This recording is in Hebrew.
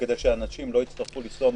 כדי שאנשים לא יצטרכו לנסוע מרחקים.